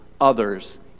others